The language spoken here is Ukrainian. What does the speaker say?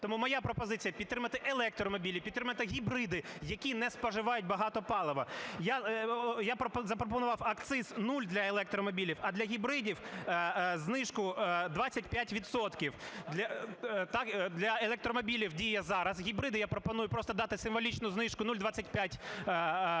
Тому моя пропозиція: підтримати електромобілі, підтримати гібриди, які не споживають багато палива. Я запропонував акциз 0 для електромобілів, а для гібридів знижку 25 відсотків. Для електромобілів діє зараз, гібридам я пропоную просто дати символічну знижку 0,25,